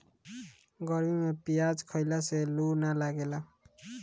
गरमी में पियाज खइला से लू ना लागेला